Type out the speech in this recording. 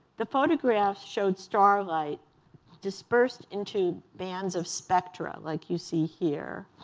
the photographs showed starlight dispersed into bands of spectra like you see here.